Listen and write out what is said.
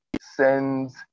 sends